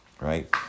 Right